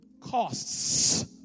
costs